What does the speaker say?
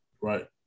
Right